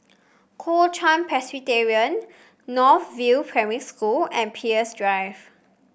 Kuo Chuan Presbyterian North View Primary School and Peirce Drive